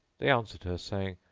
they answered her saying,